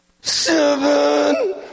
Seven